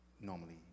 normally